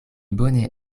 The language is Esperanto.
bone